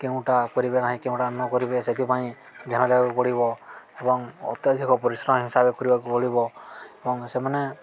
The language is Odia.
କେଉଁଟା କରିବେ ନାହିଁ କେଉଁଟା ନ କରିବେ ସେଥିପାଇଁ ଧ୍ୟାନ ଦେବାକୁ ପଡ଼ିବ ଏବଂ ଅତ୍ୟଧିକ ପରିଶ୍ରମ ହିସାବରେ କରିବାକୁ ପଡ଼ିବ ଏବଂ ସେମାନେ